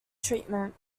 treatment